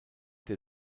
der